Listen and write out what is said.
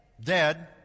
dead